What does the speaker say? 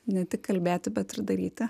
ne tik kalbėti bet ir daryti